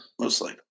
mostly